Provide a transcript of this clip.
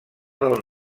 del